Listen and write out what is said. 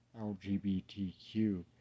LGBTQ